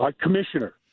Commissioner